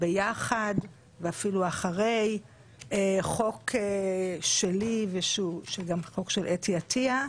ביחד ואפילו אחרי חוק שלי ושהוא גם חוק של אתי עטיה,